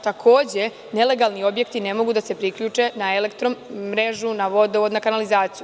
Takođe - nelegalni objekti ne mogu da se priključe na elektromrežu, na vodovod, na kanalizaciju.